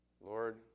Lord